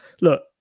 look